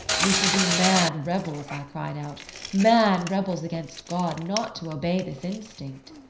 we should be mad rebels i cried out mad rebels against god, not to obey this instinct